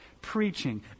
preaching